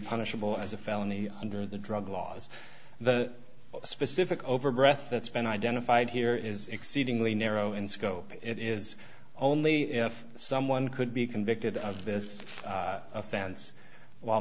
punishable as a felony under the drug laws the specific over breath that's been identified here is exceedingly narrow in scope it is only if someone could be convicted of this offense while